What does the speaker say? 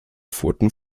pfoten